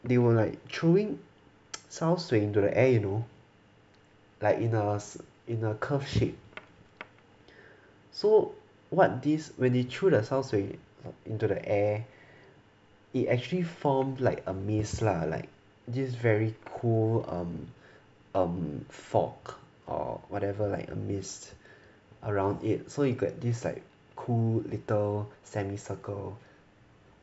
they were like throwing 烧水 into the air you know like in a in a curve shape so what this when they threw the 烧水 into the air it actually form like a mist lah like this very cool um um fog or whatever like a mist around it so you get like this cool little semi circle